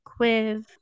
Quiv